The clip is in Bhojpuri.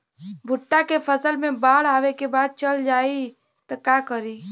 भुट्टा के फसल मे बाढ़ आवा के बाद चल जाई त का करी?